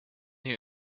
you